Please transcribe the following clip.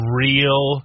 real